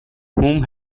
whom